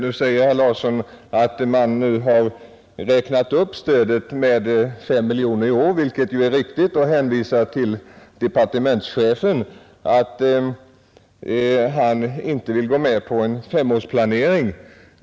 Herr Larsson säger att man nu har räknat upp stödet med 5 miljoner i år, vilket ju är riktigt, och hänvisar till att departementschefen inte vill gå med på en femårsplanering.